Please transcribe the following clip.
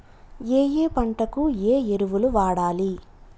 ఏయే పంటకు ఏ ఎరువులు వాడాలి?